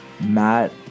Matt